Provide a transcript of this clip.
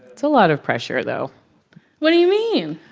it's a lot of pressure, though what do you mean?